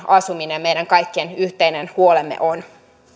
asuminen meidän kaikkien yhteinen huolemme on